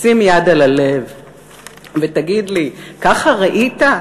שים יד על הלב / ותגיד לי, ככה ראית?